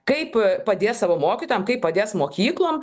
kaip padės savo mokytojam kaip padės mokyklom